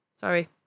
sorry